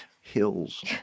hills